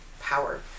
power